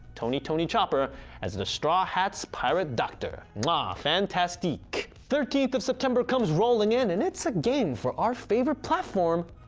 tony tony chopper as the straw hat pirates doctor! mwah. fantastique! thirteenth of september comes rolling in and it's a game for our favorite platform,